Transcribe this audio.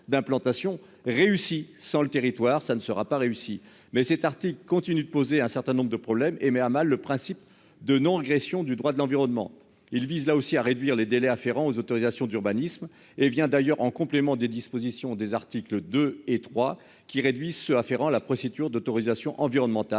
d'implantation réussie sans le territoire ça ne sera pas réussi mais cet article continue de poser un certain nombre de problèmes et met à mal le principe de non-régression du droit de l'environnement. Il vise là aussi à réduire les délais afférents aux autorisations d'urbanisme et vient d'ailleurs en complément des dispositions des articles 2 et 3 qui réduit se afférents. La procédure d'autorisation environnementale